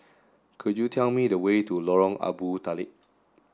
could you tell me the way to Lorong Abu Talib